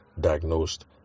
diagnosed